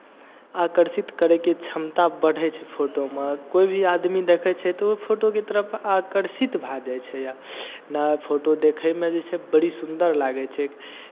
आकर्षित करयके क्षमता बढ़ै छै फोटोमे कोइ भी आदमी देखै छै तऽ ओ फोटोके तरफ आकर्षित भऽ जाइ छै फोटो देखयमे जे छै बड़ी सुन्दर लागै छै